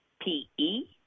P-E